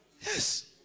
Yes